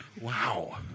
Wow